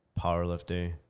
powerlifting